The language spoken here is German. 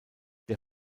der